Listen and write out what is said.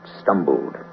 stumbled